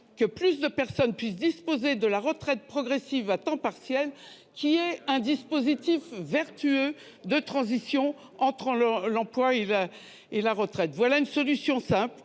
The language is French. que plus de personnes puissent bénéficier de la retraite progressive à temps partiel, dispositif vertueux de transition entre l'emploi et la retraite ? Voilà une solution simple